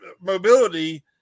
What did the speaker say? mobility